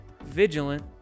vigilant